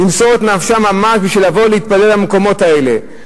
למסור את נפשם ממש בשביל לבוא ולהתפלל במקומות האלה.